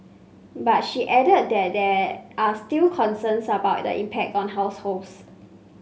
but she added that there are still concerns about the impact on households